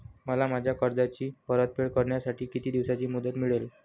मला माझ्या कर्जाची परतफेड करण्यासाठी किती दिवसांची मुदत मिळेल?